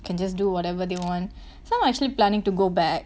can just do whatever they want some actually planning to go back